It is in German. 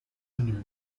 menü